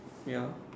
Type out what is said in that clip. ya